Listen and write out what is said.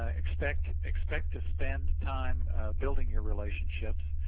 ah expect expect to spend time building your relationships.